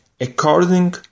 according